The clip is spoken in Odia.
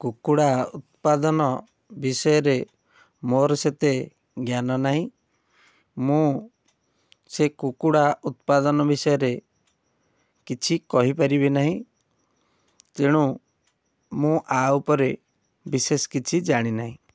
କୁକୁଡ଼ା ଉତ୍ପାଦନ ବିଷୟରେ ମୋର ସେତେ ଜ୍ଞାନ ନାହିଁ ମୁଁ ସେ କୁକୁଡ଼ା ଉତ୍ପାଦନ ବିଷୟରେ କିଛି କହିପାରିବି ନାହିଁ ତେଣୁ ମୁଁ ଆ ଉପରେ ବିଶେଷ କିଛି ଜାଣିନାହିଁ